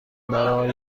برای